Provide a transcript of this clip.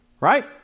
right